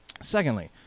Secondly